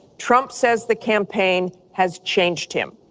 trump says the campaign has changed him.